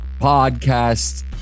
podcast